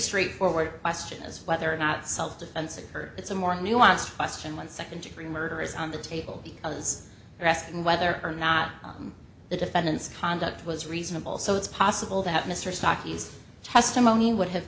straightforward question as to whether or not self defense occurred it's a more nuanced question one second degree murder is on the table because you're asking whether or not the defendant's conduct was reasonable so it's possible that mr sakis testimony would have